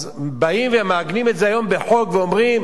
אז היום באים ומעגנים את זה בחוק ואומרים: